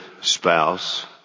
spouse